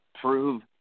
Prove